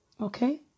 Okay